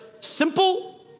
simple